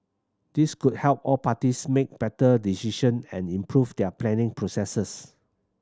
this could help all parties make better decision and improve their planning processes